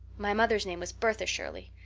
my mother's name was bertha shirley.